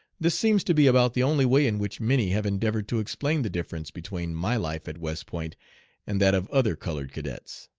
this seems to be about the only way in which many have endeavored to explain the difference between my life at west point and that of other colored cadets.